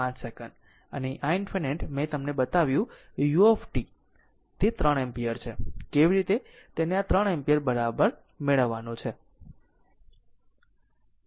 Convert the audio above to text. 5 second અને i ∞ મેં તમને બતાવ્યું u તે 3 એમ્પીયર છે કેવી રીતે તેને આ 3 એમ્પીયર બરાબર મેળવવું